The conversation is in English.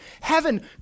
heaven